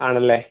ആണല്ലേ